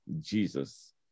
Jesus